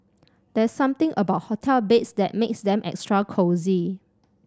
there's something about hotel beds that makes them extra cosy